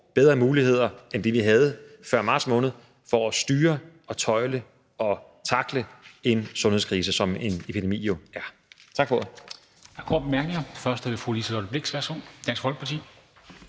bedre muligheder end dem, vi havde før marts måned, for at styre, tøjle og tackle en sundhedskrise, som en epidemi jo er. Tak for ordet.